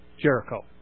Jericho